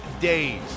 days